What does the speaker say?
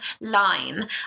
line